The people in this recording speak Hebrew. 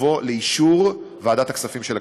ותבוא לאישור ועדת הכספים של הכנסת.